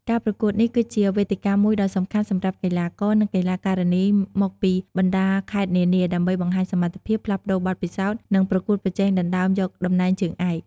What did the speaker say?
ការប្រកួតនេះគឺជាវេទិកាមួយដ៏សំខាន់សម្រាប់កីឡាករ និងកីឡាការិនីមកពីបណ្ដាខេត្តនានាដើម្បីបង្ហាញសមត្ថភាព ផ្លាស់ប្ដូរបទពិសោធន៍ និងប្រកួតប្រជែងដណ្ដើមយកតំណែងជើងឯក។